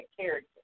character